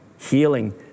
healing